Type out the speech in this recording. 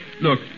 look